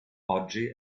oggi